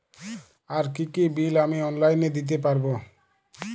আর কি কি বিল আমি অনলাইনে দিতে পারবো?